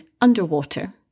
underwater